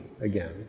again